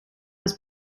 his